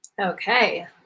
okay